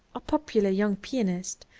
a popular young pianist,